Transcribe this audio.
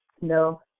No